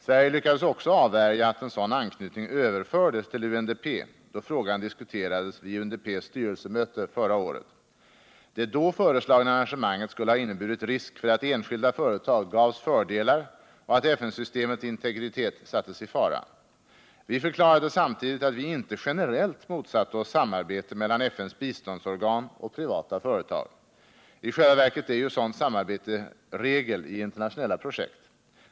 Sverige lyckades också avvärja att en sådan anknytning överfördes till UNDP då frågan diskuterades vid UNDP:s styrelsemöte förra året. Det då föreslagna arrangemanget skulle ha inneburit risk för att enskilda företag gavs fördelar och att FN-systemets integritet sattes i fara. Vi förklarade samtidigt att vi inte generellt motsatte oss samarbete mellan FN:s biståndsorgan och privata företag. I själva verket är ju sådant samarbete regel i internationella projekt.